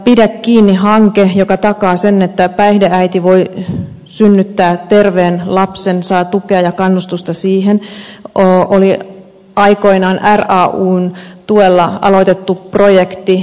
pidä kiinni hanke joka takaa sen että päihdeäiti voi synnyttää terveen lapsen saa tukea ja kannustusta siihen oli aikoinaan rayn tuella aloitettu projekti